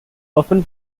often